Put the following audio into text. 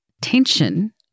tension